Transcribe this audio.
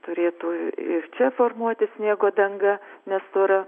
turėtų ir čia formuotis sniego danga nestora